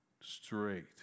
Straight